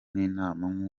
n’inama